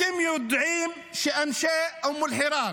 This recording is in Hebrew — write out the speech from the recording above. אתם יודעים שאנשי אום אלחיראן,